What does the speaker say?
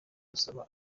agusaba